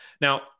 now